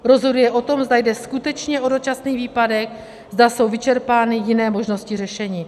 Rozhoduje o tom, zda jde skutečně o dočasný výpadek, zda jsou vyčerpány jiné možnosti řešení.